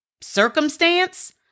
circumstance